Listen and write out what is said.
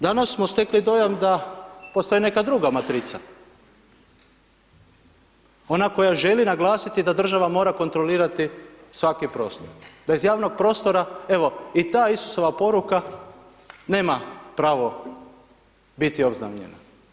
Danas smo stekli dojam da postoji neka druga matrica, ona koji želi naglasiti da država mora kontrolirati svaku prostor, da iz javnog prostora evo i ta Isusova poruka nema pravo biti obznanjena.